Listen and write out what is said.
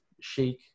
chic